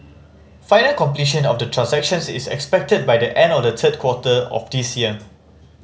final completion of the transactions is expected by the end of the third quarter of this year